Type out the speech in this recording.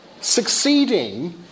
succeeding